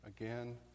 again